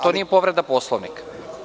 To nije povreda Poslovnika.